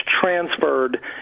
transferred